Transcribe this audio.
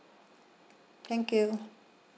thank you